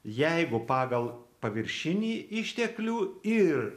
jeigu pagal paviršinį išteklių ir